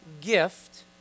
gift